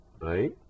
right